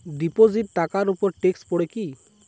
Deposit টাকার উপর tax পড়ে কি?